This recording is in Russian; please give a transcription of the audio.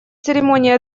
церемонии